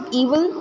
evil